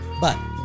But-